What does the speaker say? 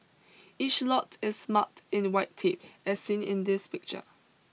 each lot is marked in white tape as seen in this picture